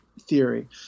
theory